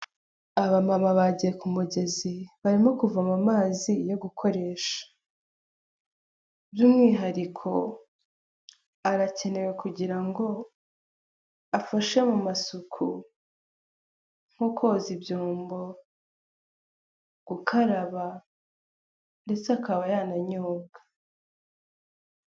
Abamama bagiye ku mugezi, barimo kuvoma amazi yo gukoresha. By'umwihariko arakenewe kugira ngo afashe mu masuku nko koza ibyombo, gukaraba ndetse akaba yananyobwa.